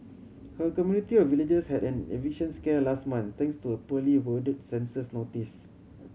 her community of villagers had an eviction scare last month thanks to a poorly worded census notice